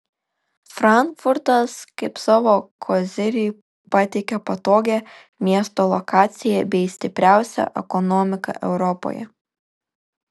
frankfurtas kaip savo kozirį pateikia patogią miesto lokaciją bei stipriausią ekonomiką europoje